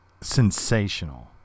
sensational